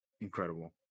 incredible